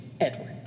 Edward